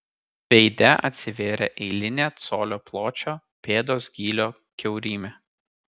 veide atsivėrė eilinė colio pločio pėdos gylio kiaurymė